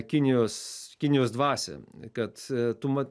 kinijos kinijos dvasią kad tu ma